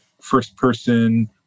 first-person